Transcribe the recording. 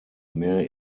mehr